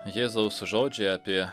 jėzaus žodžiai apie